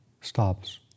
stops